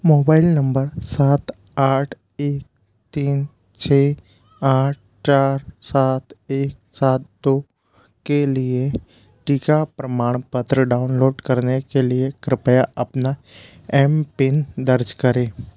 mobile number सात आठ एक तीन छः आठ चार सात एक सात दो के लिए टीका प्रमाणपत्र डाउनलोड करने के लिए कृपया अपना एम पिन दर्ज करें